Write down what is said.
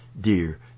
dear